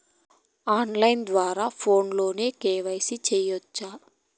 on line ద్వారా ఫోనులో KYC సేయొచ్చా